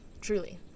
Truly